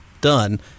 done